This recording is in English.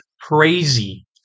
crazy